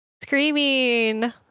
Screaming